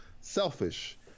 selfish